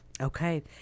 Okay